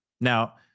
Now